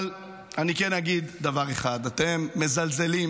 אבל אני כן אגיד דבר אחד: אתם מזלזלים